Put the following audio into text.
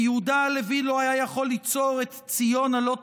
ויהודה הלוי לא היה יכול ליצור את 'ציון הלא תשאלי',